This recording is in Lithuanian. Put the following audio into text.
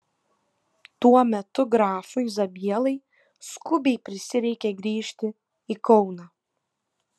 tuo metu grafui zabielai skubiai prisireikė grįžti į kauną